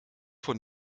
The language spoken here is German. von